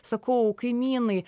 sakau kaimynai